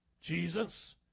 Jesus